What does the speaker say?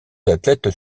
athlètes